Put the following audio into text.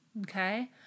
Okay